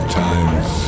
times